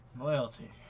Loyalty